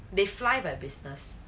they fly by business